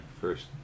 first